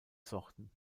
sorten